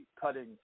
cutting